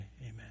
Amen